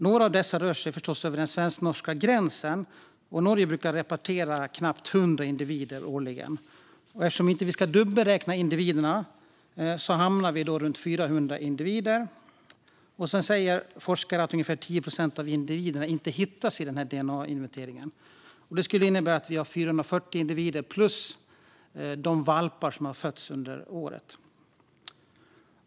Några av dessa rör sig förstås över den svensk-norska gränsen. Norge brukar rapportera knappt 100 individer årligen. Eftersom vi inte ska dubbelräkna individerna hamnar vi då på runt 400 individer. Forskare säger att ungefär 10 procent av individerna inte hittas i DNA-inventeringen. Det skulle innebära att vi har 440 individer plus de valpar som har fötts under året.